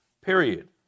period